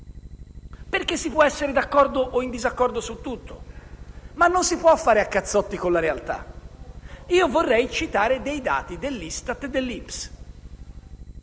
perché si può essere d'accordo o in disaccordo su tutto, ma non si può fare a cazzotti con la realtà. Vorrei citare i dati dell'INPS e dell'ISTAT.